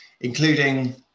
including